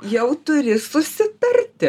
jau turi susitarti